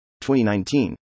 2019